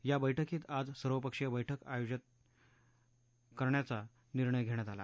या बैठकीत आज सर्वपक्षीय बैठक आयोजित करण्याचा निर्णय घेण्यात आला